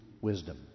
wisdom